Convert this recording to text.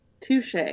Touche